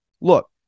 Look